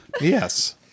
Yes